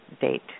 date